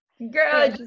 Girl